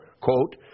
quote